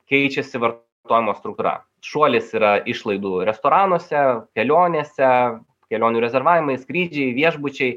keičiasi vartojimo struktūra šuolis yra išlaidų restoranuose kelionėse kelionių rezervavimai skrydžiai viešbučiai